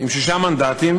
עם שישה מנדטים,